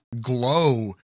glow